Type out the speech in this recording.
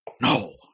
No